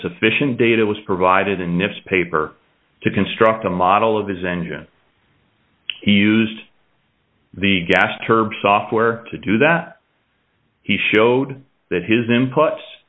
sufficient data was provided and if paper to construct a model of his engine he used the gas turbine software to do that he showed that his inputs